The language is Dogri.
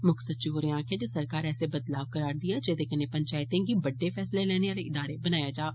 मुक्ख सचिव होरें आक्खेआ जे सरकार ऐसे बदलाव करा करदी ऐ जेदे कन्नै पंचायतें गी बड़े फैसले लेने आले इदारे बनाया जाग